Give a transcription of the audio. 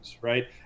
right